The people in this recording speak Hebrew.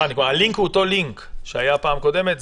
הלינק הוא אותו לינק כמו בפעם הקודמת?